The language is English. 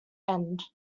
end